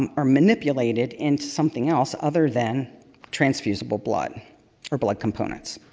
um or manipulated into something else other than transfusable blood or blood components.